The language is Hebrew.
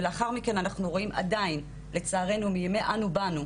ולאחר מכן אנחנו רואים, לצערנו, מימי "אנו באנו",